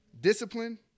Discipline